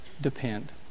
depend